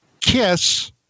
kiss